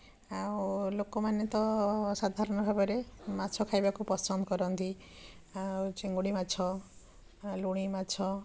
ଆଉ ଲୋକମାନେ ତ ସାଧାରଣ ଭାବରେ ମାଛ ଖାଇବାକୁ ପସନ୍ଦ କରନ୍ତି ଆଉ ଚିଙ୍ଗୁଡ଼ି ମାଛ ଲୁଣି ମାଛ